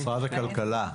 משרד הכלכלה.